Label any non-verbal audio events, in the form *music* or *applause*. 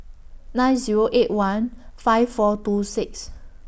*noise* nine Zero eight one five four two six